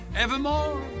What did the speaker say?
evermore